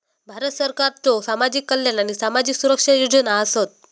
भारत सरकारच्यो सामाजिक कल्याण आणि सामाजिक सुरक्षा योजना आसत